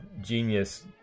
Genius